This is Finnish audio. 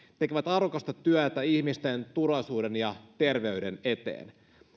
tekevät arvokasta työtä ihmisten turvallisuuden ja terveyden eteen